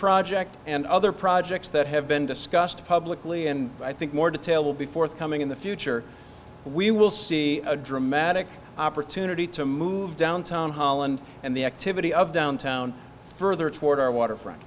project and other projects that have been discussed publicly and i think more detail will be forthcoming in the future we will see a dramatic opportunity to move downtown holland and the activity of downtown further toward our waterfro